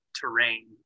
terrain